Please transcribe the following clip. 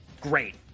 great